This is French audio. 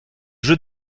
jeu